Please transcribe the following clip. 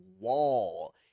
wall